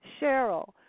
Cheryl